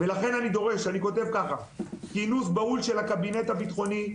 אני כותב ככה: "ולכן אני דורש כינוס בהול של הקבינט הביטחוני,